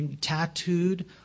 tattooed